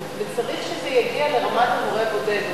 וצריך שזה יגיע לרמת המורה הבודד.